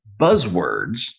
buzzwords